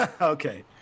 Okay